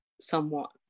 somewhat